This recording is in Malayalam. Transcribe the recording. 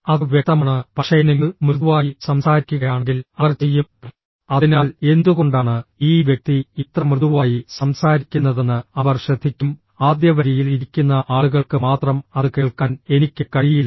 അത് വ്യക്തമാണ് പക്ഷേ നിങ്ങൾ മൃദുവായി സംസാരിക്കുകയാണെങ്കിൽ അവർ ചെയ്യും അതിനാൽ എന്തുകൊണ്ടാണ് ഈ വ്യക്തി ഇത്ര മൃദുവായി സംസാരിക്കുന്നതെന്ന് അവർ ശ്രദ്ധിക്കും ആദ്യ വരിയിൽ ഇരിക്കുന്ന ആളുകൾക്ക് മാത്രം അത് കേൾക്കാൻ എനിക്ക് കഴിയില്ല